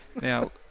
Now